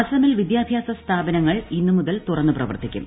അസമിൽ വിദ്യാഭ്യാ്ട്സ് സ്ഥാപനങ്ങൾ ഇന്നുമുതൽ തുറന്നു ന് പ്രവർത്തിക്കും